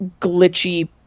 glitchy